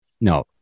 No